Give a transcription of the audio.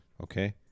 okay